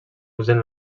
usen